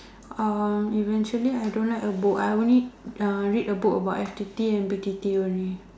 uh eventually I don't like a book I only uh read a book about F_T_T and B_T_T only